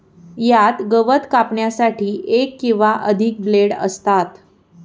यात गवत कापण्यासाठी एक किंवा अधिक ब्लेड असतात